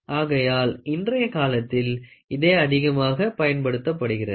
ஆகையால் இன்றைய காலத்தில் இதே அதிகமாக பயன்படுகிறது